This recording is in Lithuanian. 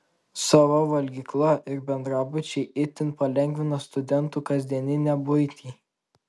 sava valgykla ir bendrabučiai itin palengvina studentų kasdieninę buitį